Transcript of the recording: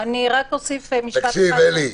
אלי,